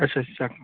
اَچھا سیکنٛڈ